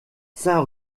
saint